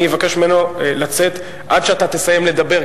אני אבקש ממנו לצאת עד שאתה תסיים לדבר,